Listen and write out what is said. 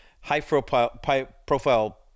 High-profile